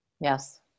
Yes